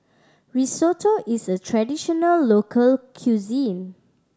Risotto is a traditional local cuisine